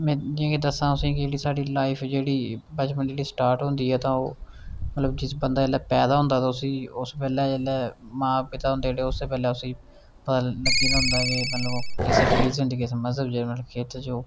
में जि'यां दस्सां तु'सेंगी की जेह्की साढ़ी लाईफ जेह्ड़ी बचपन दा स्टार्ट होंदी तां ओह् मतलब जिस बंदे जेल्लै पैदा होंदा तां उसी उस बेल्लै जेल्लै माता पिता होंदे ओह् उस बेल्लै उसी पता लग्गी गेदा होंदा कि मतलब ओह् कि किस रिलिजन च किस मजहब च ओह्